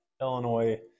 Illinois